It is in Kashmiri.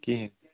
کِہیٖنۍ